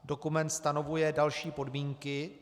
Dokument stanovuje další podmínky.